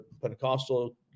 Pentecostal